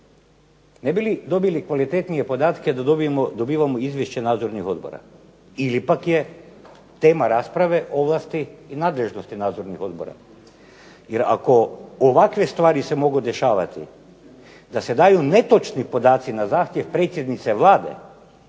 Ne bi li dobili kvalitetnije podatke da dobivamo izvješće nadzornih odbora? I ipak je tema rasprave ovlasti i nadležnosti nadzornih odbora. Jer ako ovakve stvari se mogu dešavati da se daju netočni podaci na zahtjev predsjednice Vlade,